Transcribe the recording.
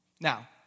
Now